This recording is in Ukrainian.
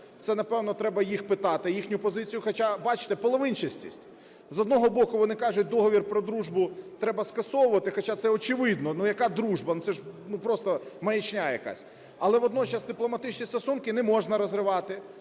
Це, напевно, треба їх питати, їхню позицію. Хоча, бачите, половинчастість: з одного боку, вони кажуть Договір про дружбу треба скасовувати, хоча це очевидно (ну, яка дружба, це ж, ну, просто маячня якась), але водночас дипломатичні стосунки не можна розривати.